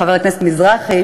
חבר הכנסת מזרחי,